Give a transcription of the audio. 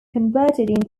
converted